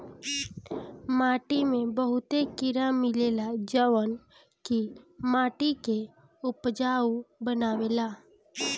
माटी में बहुते कीड़ा मिलेला जवन की माटी के उपजाऊ बनावेला